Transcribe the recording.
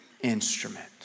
instrument